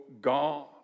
God